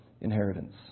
inheritance